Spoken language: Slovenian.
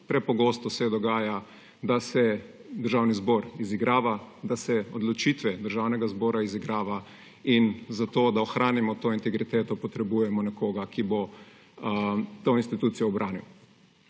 Prepogosto se dogaja, da se Državni zbor izigrava, da se odločitve Državnega zbora izigravajo, in za to, da ohranimo to integriteto, potrebujemo nekoga, ki bo to institucijo obranil.